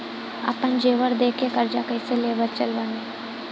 आपन जेवर दे के कर्जा कइसे ले सकत बानी?